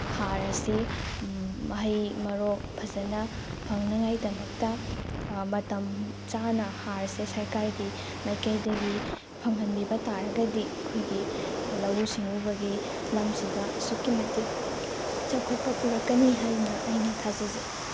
ꯍꯥꯔ ꯑꯁꯤ ꯃꯍꯩ ꯃꯔꯣꯡ ꯐꯖꯅ ꯐꯪꯅꯉꯥꯏꯗꯃꯛꯇ ꯃꯇꯝ ꯆꯥꯅ ꯍꯥꯔꯁꯦ ꯁꯔꯀꯥꯔꯒꯤ ꯃꯥꯏꯀꯩꯗꯒꯤ ꯐꯪꯍꯟꯕꯤꯕ ꯇꯥꯔꯒꯗꯤ ꯑꯩꯈꯣꯏꯒꯤ ꯂꯧꯎ ꯁꯤꯡꯎꯕꯒꯤ ꯂꯝꯁꯤꯗ ꯑꯁꯨꯛꯀꯤ ꯃꯇꯤꯛ ꯆꯥꯎꯈꯠꯄ ꯄꯨꯔꯛꯀꯅꯤ ꯍꯥꯏꯅ ꯑꯩꯅ ꯊꯥꯖꯖꯩ